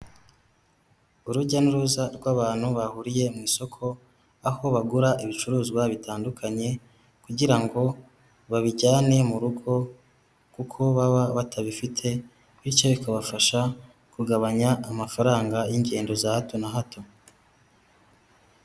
Urujya n'uruza rw'abantu bahuriye mu isoko aho bagura ibicuruzwa bitandukanye, kugira ngo babijyane mu rugo kuko baba batabifite bityo bikabafasha kugabanya amafaranga y'ingendo za hato na hato,